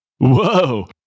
Whoa